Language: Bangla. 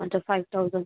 আচ্ছা ফাইভ থাউজ্যান্ড